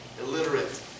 illiterate